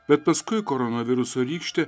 bet paskui koronaviruso rykštė